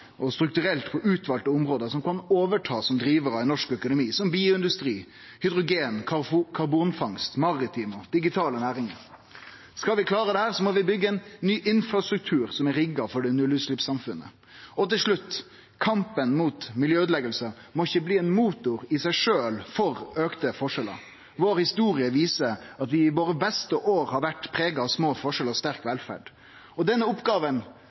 og strukturelt på utvalde område som kan overta som drivarar i norsk økonomi, som bioindustri, hydrogen, karbonfangst, maritime og digitale næringar. Skal vi klare dette, må vi byggje ein ny infrastruktur som er rigga for nullutsleppssamfunnet. Til slutt: Kampen mot miljøøydeleggingar må ikkje bli ein motor i seg sjølv for auka forskjellar. Vår historie viser at vi i våre beste år har vore prega av små forskjellar og sterk velferd. Denne